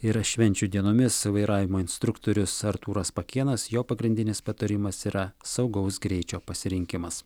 ir švenčių dienomis vairavimo instruktorius artūras pakėnas jo pagrindinis patarimas yra saugaus greičio pasirinkimas